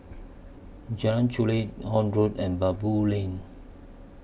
Jalan Chulek Horne Road and Baboo Lane